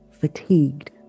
fatigued